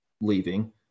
leaving